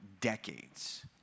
decades